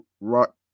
Rock